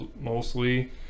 mostly